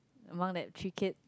among that three kid